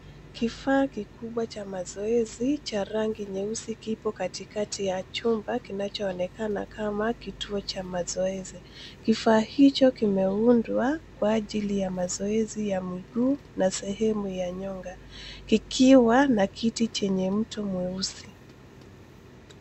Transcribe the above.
Kifaa kikubwa cha mazoezi, cha rangi nyeusi, kipo katikati ya chumba kinachoonekana kama kituo cha mazoezi. Kifaa hicho kimeundwa kwa ajili ya mazoezi ya mguu na sehemu ya nyonga, kikiwa na kiti chenye mtu mweusi.